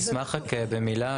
רק אשמח רק במילה,